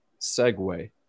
segue